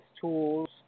tools